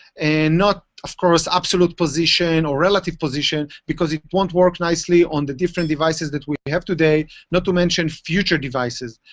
and not, of course, absolute position or relative position, because it won't work nicely on the different devices as we have today, not to mention future devices.